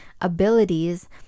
abilities